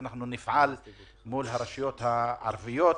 ואנחנו נפעל מול הרשויות הערביות